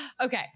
Okay